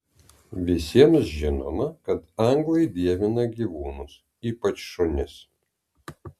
visiems žinoma kad anglai dievina gyvūnus ypač šunis